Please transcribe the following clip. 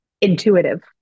intuitive